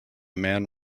man